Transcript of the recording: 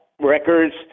records